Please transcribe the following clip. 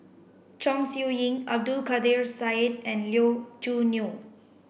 Chong Siew Ying Abdul Kadir Syed and Lee Choo Neo